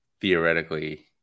theoretically